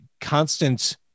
constant